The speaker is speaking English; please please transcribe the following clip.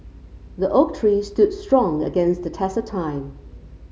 the oak tree stood strong against the test of time